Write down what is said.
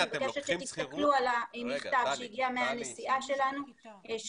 אני מבקשת שתסתכלו על המכתב שהגיע מהנשיאה שלנו,